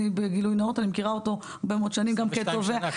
גילוי נאות: אני מכירה אותו הרבה מאוד שנים -- 22 שנים.